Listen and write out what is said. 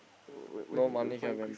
wh~ where need to find Chris~